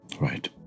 Right